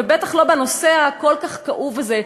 ובטח לא בנושא הכל-כך כאוב הזה,